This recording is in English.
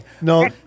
No